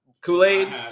kool-aid